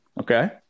Okay